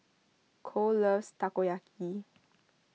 Kole loves Takoyaki